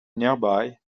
nearby